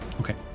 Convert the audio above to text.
Okay